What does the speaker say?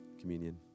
Communion